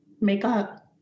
makeup